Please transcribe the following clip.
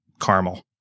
Caramel